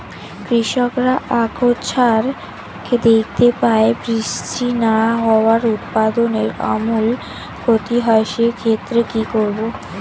কৃষকরা আকছার দেখতে পায় বৃষ্টি না হওয়ায় উৎপাদনের আমূল ক্ষতি হয়, সে ক্ষেত্রে কি করব?